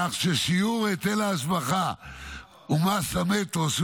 כך ששיעור היטל ההשבחה ומס המטרו שהוא